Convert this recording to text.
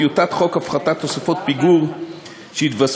טיוטת חוק הפחתת תוספות פיגור שהתווספו